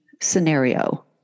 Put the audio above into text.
scenario